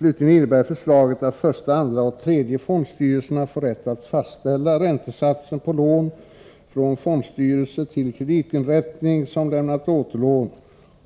Vidare innebär förslaget att första, andra och tredje fondstyrelserna får rätt att fastställa räntesatsen på lån från fondstyrelse till kreditinrättning som lämnat återlån